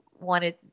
wanted